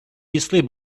easily